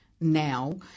now